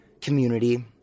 community